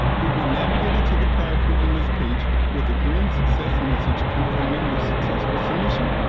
you will be navigated to the prior approval list page with a green success message confirming your successful submission.